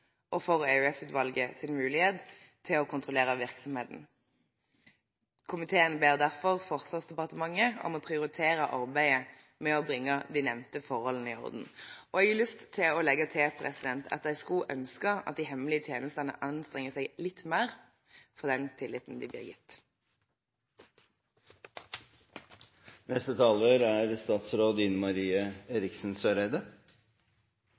og for EOS-utvalgets mulighet til å kontrollere virksomheten. Komiteen ber derfor Forsvarsdepartementet om å prioritere arbeidet med å bringe de nevnte forholdene i orden. Jeg har lyst til å legge til at jeg skulle ønsket at de hemmelige tjenestene anstrengte seg litt mer for den tilliten de blir gitt. Etterretningstjenesten er